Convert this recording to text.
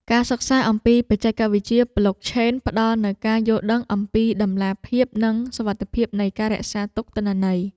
ការសិក្សាអំពីបច្ចេកវិទ្យាប្លុកឆេនផ្តល់នូវការយល់ដឹងថ្មីអំពីតម្លាភាព និងសុវត្ថិភាពនៃការរក្សាទុកទិន្នន័យ។